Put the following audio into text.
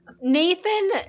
Nathan